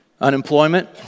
Unemployment